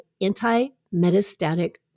anti-metastatic